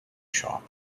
shop